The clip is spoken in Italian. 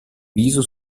viso